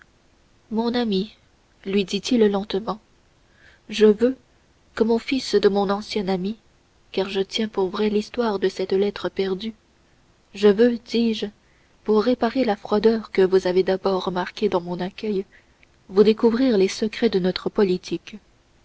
mon ami lui dit-il lentement je veux comme au fils de mon ancien ami car je tiens pour vraie l'histoire de cette lettre perdue je veux dis-je pour réparer la froideur que vous avez d'abord remarquée dans mon accueil vous découvrir les secrets de notre politique